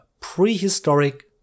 prehistoric